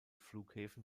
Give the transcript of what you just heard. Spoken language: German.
flughäfen